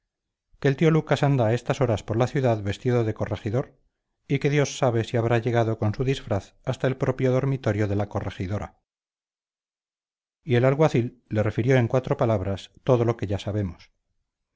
que el tío lucas anda a estas horas por la ciudad vestido de corregidor y que dios sabe si habrá llegado con su disfraz hasta el propio dormitorio de la corregidora y el alguacil le refirió en cuatro palabras todo lo que ya sabemos